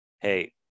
hey